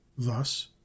Thus